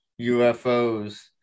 UFOs